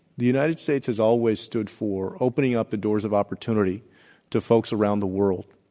the united states has always stood for opening up the doors of opportunity to folks around the world.